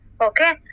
okay